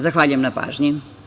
Zahvaljujem na pažnji.